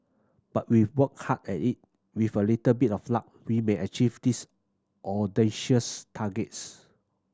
but if we work hard at it with a little bit of luck we may achieve these audacious targets